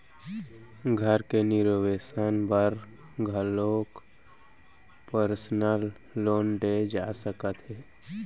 घर के रिनोवेसन बर घलोक परसनल लोन ले जा सकत हे